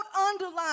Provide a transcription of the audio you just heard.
underline